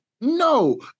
No